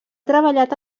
treballat